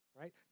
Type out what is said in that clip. right